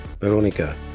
Veronica